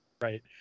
Right